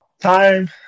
Time